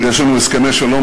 יש לנו הסכמי שלום,